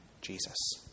Jesus